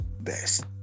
Best